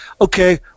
Okay